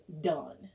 done